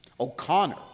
O'Connor